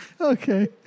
Okay